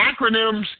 acronyms